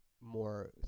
more